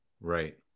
Right